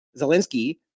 Zelensky